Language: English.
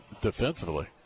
defensively